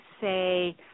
say